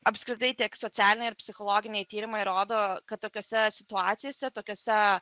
apskritai tiek socialiniai ir psichologiniai tyrimai rodo kad tokiose situacijose tokiose